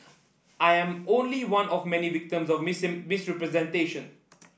I am only one of many victims of misrepresentation